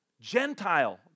Gentile